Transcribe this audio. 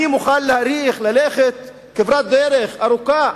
אני מוכן להאריך, ללכת כברת דרך ארוכה.